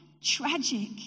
tragic